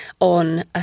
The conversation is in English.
on